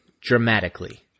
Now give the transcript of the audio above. dramatically